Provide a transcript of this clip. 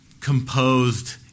composed